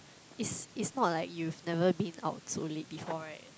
is is not like you've never been out so late before right